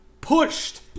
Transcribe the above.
pushed